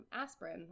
aspirin